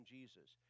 Jesus